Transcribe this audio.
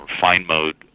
fine-mode